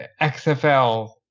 XFL